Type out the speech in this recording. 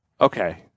Okay